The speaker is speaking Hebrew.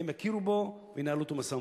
הם יכירו בו והם ינהלו אתו משא-ומתן.